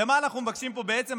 ומה אנחנו מבקשים פה בעצם?